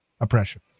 oppression